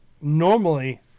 normally